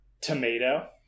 Tomato